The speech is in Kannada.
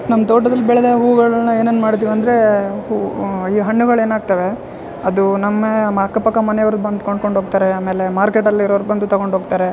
ನಮ್ಮ ತೋಟದಲ್ಲಿ ಬೆಳೆದ ಹೂಗಳ್ನ ಏನೇನು ಮಾಡಿದ್ರಿವಂದರೆ ಹೂವು ಈ ಹಣ್ಣುಗಳು ಏನಾಗ್ತವೆ ಅದು ನಮ್ಮ ಅಕ್ಕ ಪಕ್ಕ ಮನೆಯವರು ಬಂದು ಕೊಂಡ್ಕೊಂಡು ಹೋಗ್ತಾರೆ ಆಮೇಲೆ ಮಾರ್ಕೆಟಲ್ಲಿ ಇರೋರು ಬಂದು ತಗೊಂಡು ಹೋಗ್ತಾರೆ